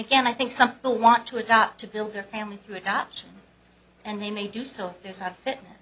again i think some people want to adopt to build a family through adoption and they may do so there's a it